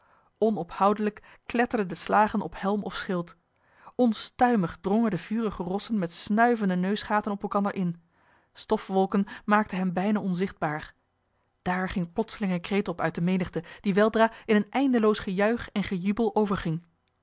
onophoudelijk kletterden de slagen op helm of schild onstuimig drongen de vurige rossen met snuivende neusgaten op elkander in stofwolken maakten hen bijna onzichtbaar daar ging plotseling een kreet op uit de menigte die weldra in een eindeloos gejuich en gejubel